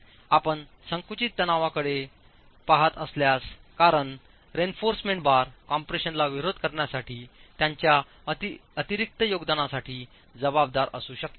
आपण संकुचित तणावाकडे पहात असल्यास कारण रेइन्फॉर्समेंट बार कम्प्रेशनला विरोध करण्यासाठी त्यांच्या अतिरिक्त योगदानासाठी जबाबदार असू शकतात